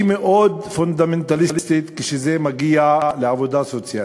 היא מאוד פונדמנטליסטית כשזה מגיע לעבודה סוציאלית,